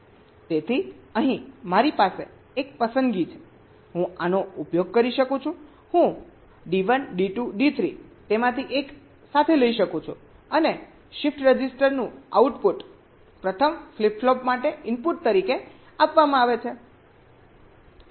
તેથી અહીં મારી પાસે એક પસંદગી છે હું આનો ઉપયોગ કરી શકું છું હું D2 D2 D3 તેમાંથી એક સાથે લઈ શકું છું અને શિફ્ટ રજિસ્ટરનું આઉટપુટ પ્રથમ ફ્લિપ ફ્લોપ માટે ઇનપુટ તરીકે આપવામાં આવે છે